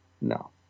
No